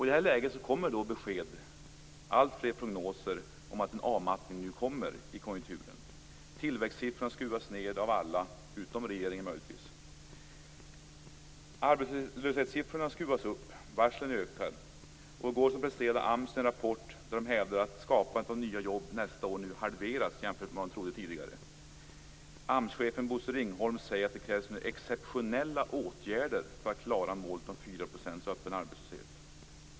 I det här läget får vi alltfler prognoser om att det nu kommer en avmattning i konjunkturen. Tillväxtsiffrorna skruvas ned av alla - utom möjligtvis regeringen. Arbetslöshetssiffrorna skruvas upp. Varslen ökar. I går presenterade AMS en rapport där man hävdade att skapandet av nya jobb nästa år nu halverats jämfört med vad man trodde tidigare. AMS chefen Bosse Ringholm säger att det nu krävs exceptionella åtgärder för att klara målet om 4 procents öppen arbetslöshet.